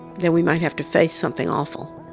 that we might have to face something awful.